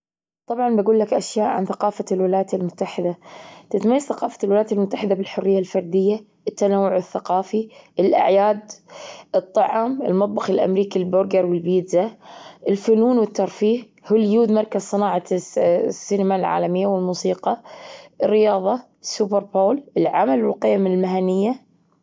طبعًا بجولك أشياء عن ثقافة الولايات المتحدة. تتميز ثقافة الولايات المتحدة بالحرية الفردية، التنوع الثقافي، الأعياد، الطعام، المطبخ الأمريكي، البرجر والبيتزا، الفنون والترفيه، هوليود، مركز صناعة السينما العالمية والموسيقى، الرياضة، سوبر بول، العمل والقيم المهنية.